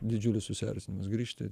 didžiulis susierzinimas grįžti